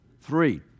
Three